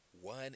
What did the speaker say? One